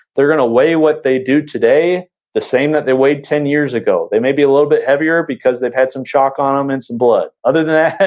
they're gonna weigh what they do today the same that they weighed ten years ago. they may be a little bit heavier because they've had some shock on them um and some blood. other than that,